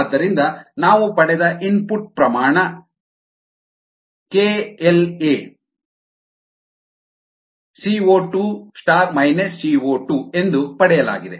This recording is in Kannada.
ಆದ್ದರಿಂದ ನಾವು ಪಡೆದ ಇನ್ಪುಟ್ ಪ್ರಮಾಣ KLaCO2 CO2 ಎಂದು ಪಡೆಯಲಾಗಿದೆ